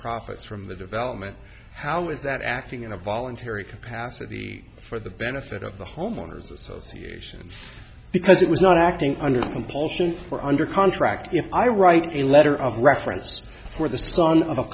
profits from the development how is that acting in a voluntary capacity for the benefit of the homeowners association because it was not acting under compulsion or under contract if i write a letter of reference for the son of